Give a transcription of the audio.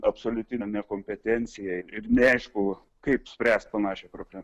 absoliuti ne nekompetencija ir neaišku kaip spręst panašią problemą